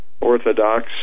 Orthodox